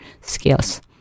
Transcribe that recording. skills